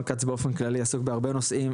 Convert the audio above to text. רון כץ באופן כללי עסוק בהרבה נושאים,